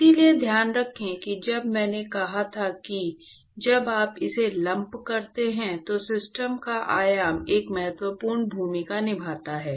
इसलिए ध्यान रखें कि जब मैंने कहा था कि जब आप इसे लंप करते हैं तो सिस्टम का आयाम एक महत्वपूर्ण भूमिका निभाता है